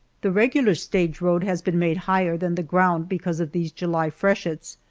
the regular stage road has been made higher than the ground because of these july freshets,